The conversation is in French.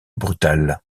brutal